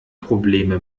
probleme